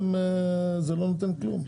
זה לא נותן כלום,